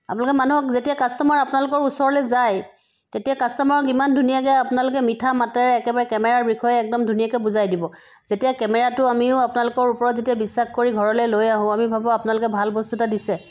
আপোনালোকে মানুহক যেতিয়া কাষ্টমাৰ আপোনালোকৰ ওচৰলৈ যায় তেতিয়া কাষ্টমাৰক ইমান ধুনীয়াকৈ আপোনালোকে মিঠা মাতেৰে একেবাৰে কেমেৰাৰ বিষয়ে একদম ধুনীয়াকৈ বুজাই দিব যেতিয়া কেমেৰাটো আমিও আপোনালোকৰ ওপৰত যেতিয়া বিশ্বাস কৰি ঘৰলৈ লৈ আহোঁ আমি ভাবো আপোনালোকে ভাল বস্তু এটা দিছে